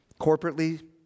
Corporately